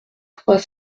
trois